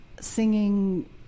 singing